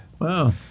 Wow